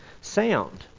sound